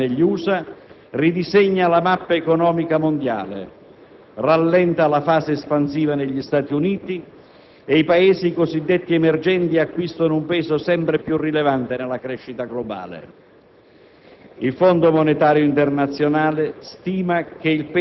La crisi finanziaria determinata dai mutui *subprime* negli USA ridisegna la mappa economica mondiale, rallenta la fase espansiva negli Stati Uniti e i Paesi cosiddetti emergenti acquistano un peso sempre più rilevante nella crescita globale.